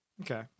Okay